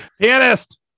pianist